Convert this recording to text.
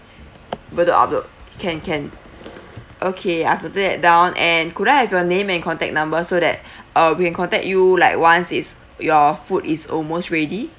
bedok outlet can can okay I've noted that down and could I have your name and contact number so that uh we can contact you like once it's your food is almost ready